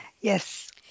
Yes